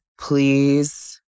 please